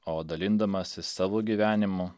o dalindamasis savo gyvenimu